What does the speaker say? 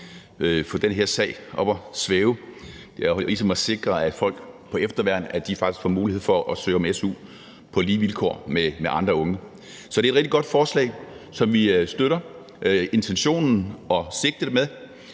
at få den her sag op at svæve. Det handler jo ligesom om at sikre, at folk på efterværn faktisk får mulighed for at søge om su på lige vilkår med andre unge. Så det er et rigtig godt forslag, som vi støtter intentionen og sigtet med.